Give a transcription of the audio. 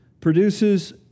produces